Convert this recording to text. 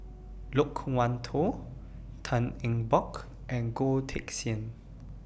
Loke Wan Tho Tan Eng Bock and Goh Teck Sian